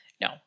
no